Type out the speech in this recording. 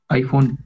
iPhone